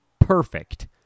perfect